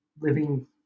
living